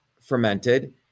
fermented